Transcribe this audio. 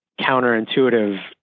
counterintuitive